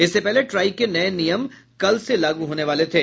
इससे पहले ट्राई के नए नियम कल से लागू होने वाले थे